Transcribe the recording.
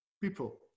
people